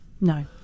No